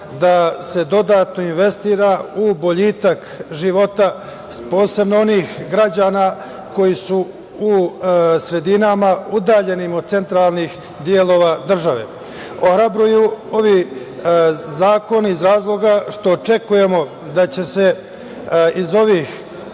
da se dodatno investira u boljitak života posebno onih građana koji su u sredinama udaljenim od centralnih delova države. Ohrabruju ovi zakoni iz razloga što očekujemo da će se iz ovih